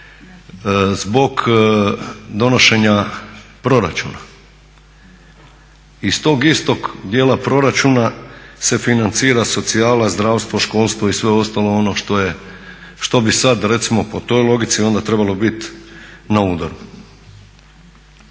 zbog donošenja proračuna. Iz tog istog djela proračuna se financira socijala, zdravstvo, školstvo i sve ostalo ono što bi sad recimo po toj logici onda trebalo bit na udaru.